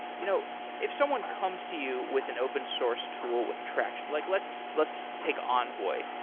you know if someone comes to you with an open source tool with traction like let's let's take um enjoy,